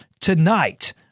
tonight